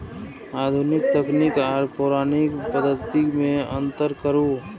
आधुनिक तकनीक आर पौराणिक पद्धति में अंतर करू?